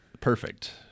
perfect